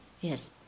Yes